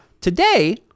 Today